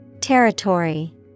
Territory